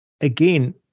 again